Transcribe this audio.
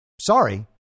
Sorry